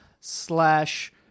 slash